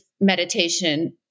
meditation